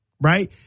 Right